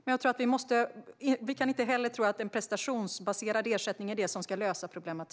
Men vi ska inte tro att en prestationsbaserad ersättning är det som ska lösa problemet.